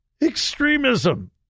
extremism